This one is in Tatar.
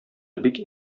бик